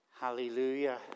Hallelujah